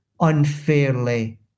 Unfairly